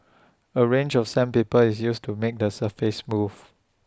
A range of sandpaper is used to make the surface smooth